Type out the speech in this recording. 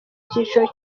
icyiciro